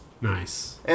Nice